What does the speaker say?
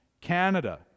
canada